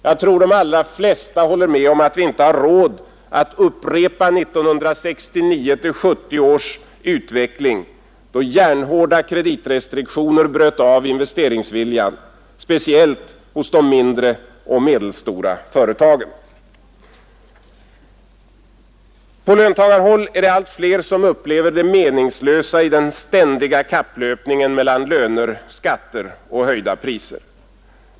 Jag tror att de allra flesta håller med om att vi inte har råd att upprepa 1969—1970 års utveckling, då järnhårda kreditrestriktioner bröt av investeringsviljan, speciellt hos de mindre och medelstora företagen. På löntagarhåll är det allt fler som upplever det meningslösa i den ständiga kapplöpningen mellan löner, skatter och höjda priser.